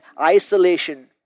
isolation